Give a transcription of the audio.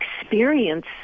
experience